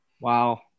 wow